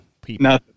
people